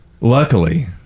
Luckily